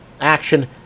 action